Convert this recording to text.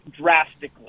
drastically